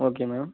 okay ma'am